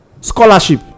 scholarship